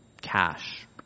cash